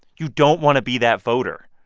you don't want to be that voter.